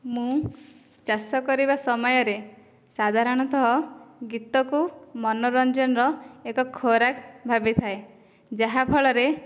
ମୁଁ ଚାଷ କରିବା ସମୟରେ ସାଧାରଣତଃ ଗୀତକୁ ମନୋରଞ୍ଜନର ଏକ ଖୋରାକ ଭାବିଥାଏ ଯାହାଫଳରେ